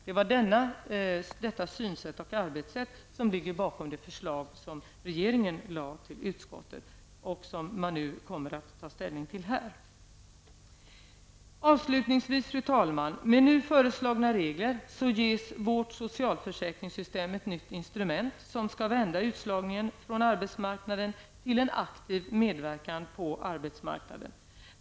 Det är detta synsätt och arbetssätt som ligger bakom det förslag som regeringen lade fram för utskottet och som man nu kommer att ta ställning till här. Fru talman! Med nu föreslagna regler ges vårt socialförsäkringssystem ett nytt instrument, som skall vända utslagningen från arbetsmarknaden till en aktiv medverkan på arbetsmarknaden.